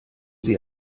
sie